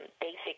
basic